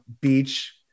beach